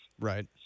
Right